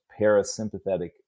parasympathetic